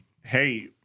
hey